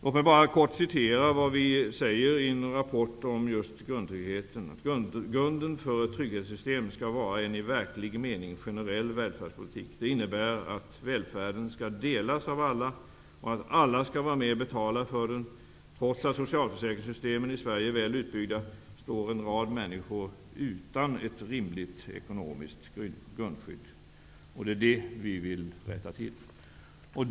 Låt mig bara hänvisa till vad vi sade i en rapport om grundtryggheten: Grunden för ett trygghetssystem skall vara en i verklig mening generell välfärdspolitik. Det innebär att välfärden skall delas av alla, att alla skall vara med och betala för den. Trots att socialförsäkringssystemen i Sverige är väl utbyggda står en rad människor utan ett rimligt ekonomiskt grundskydd. Det är detta vi vill rätta till.